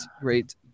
great –